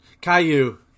Caillou